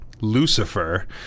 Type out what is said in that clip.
Lucifer